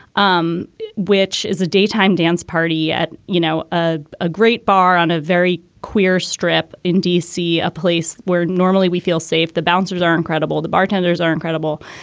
um which is a daytime dance party at, you know, a a great bar on a very queer strip in d c, a place where normally we feel safe. the bouncers are incredible, the bartenders are incredible.